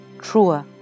truer